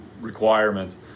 requirements